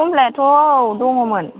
कमलाथ' औ दंमोन